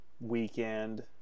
weekend